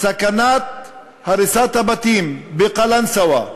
סכנת הריסת בתים בקלנסואה,